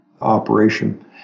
operation